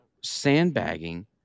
sandbagging